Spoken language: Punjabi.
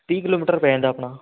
ਤੀਹ ਕਿਲੋਮੀਟਰ ਪੈ ਜਾਂਦਾ ਆਪਣਾ